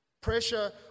Pressure